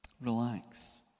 Relax